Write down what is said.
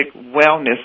wellness